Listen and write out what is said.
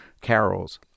carols